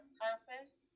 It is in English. purpose